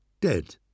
dead